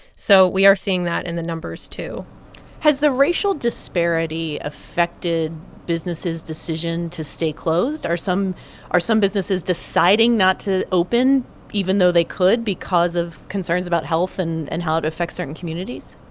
so we are seeing that in the numbers, too has the racial disparity affected businesses' decision to stay closed? are some are some businesses deciding not to open even though they could because of concerns about health and and how it affects certain communities?